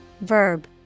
Verb